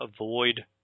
avoid